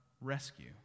rescue